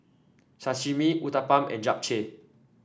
Sashimi Uthapam and Japchae